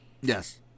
Yes